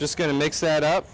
just going to make set up